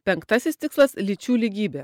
penktasis tikslas lyčių lygybė